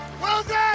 Wilson